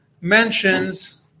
mentions